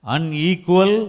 Unequal